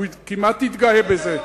הוא כמעט התגאה בזה.